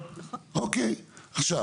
אוקיי, עכשיו